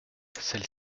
celle